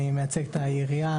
אני מייצג את העירייה,